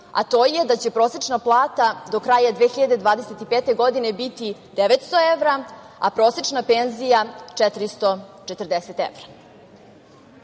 a to je da će prosečna plata do kraja 2025. godine biti 900 evra, a prosečna penzija 440 evra. Čini